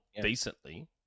decently